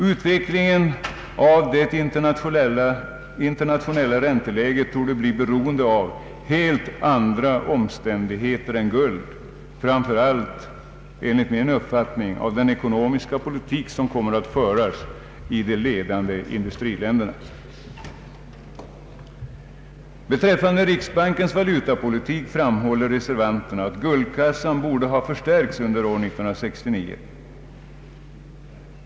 Utvecklingen av det internationella ränteläget torde bli beroende av helt andra omständigheter än guld, framför allt, enligt min uppfattning, av den ekonomiska politik som kommer att föras i de ledande industriländerna. Beträffande riksbankens valutapolitik framhåller reservanterna att guldkassan borde ha förstärkts under 1969.